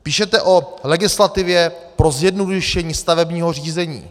Píšete o legislativě pro zjednodušení stavebního řízení.